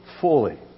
fully